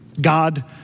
God